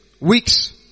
Weeks